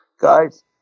Guys